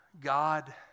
God